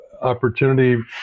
opportunity